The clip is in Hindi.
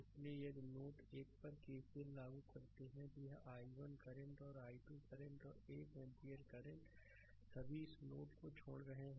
इसलिए यदि नोड 1 पर केसीएल लागू करते हैं तो यह i1 करंट और i2 करंट और 1 एम्पीयर करंट सभी इस नोड को छोड़ रहे हैं